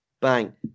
Bang